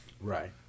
Right